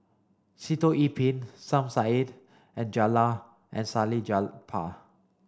Sitoh Yih Pin Som Said and Jella and Salleh Japar